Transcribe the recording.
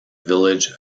village